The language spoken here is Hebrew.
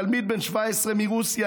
תלמיד בן 17 מרוסיה,